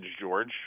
George